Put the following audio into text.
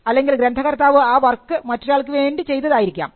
അല്ലെങ്കിൽ ഗ്രന്ഥകർത്താവ് ആ വർക്ക് മറ്റൊരാൾക്ക് വേണ്ടി ചെയ്തതായിരിക്കാം